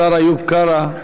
השר איוב קרא,